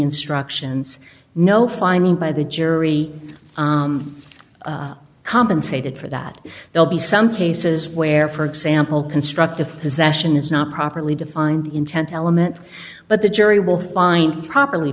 instructions no finding by the jury compensated for that they'll be some cases where for example constructive possession is not properly defined the intent element but the jury will find properly